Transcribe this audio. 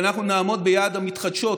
שאנחנו נעמוד ביעד המתחדשות,